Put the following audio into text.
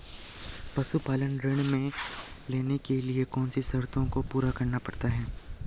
पशुपालन ऋण लेने के लिए कौन सी शर्तों को पूरा करना पड़ता है?